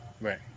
right